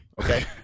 Okay